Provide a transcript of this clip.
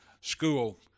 school